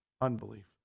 unbelief